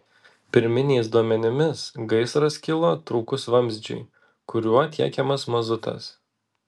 pirminiais duomenimis gaisras kilo trūkus vamzdžiui kuriuo tiekiamas mazutas